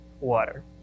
water